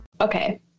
Okay